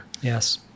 Yes